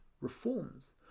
reforms